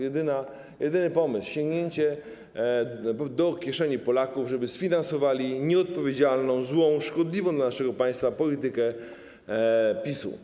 Jedyny pomysł to sięgnięcie do kieszeni Polaków, żeby sfinansowali nieodpowiedzialną, złą, szkodliwą dla naszego państwa politykę PiS-u.